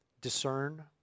discern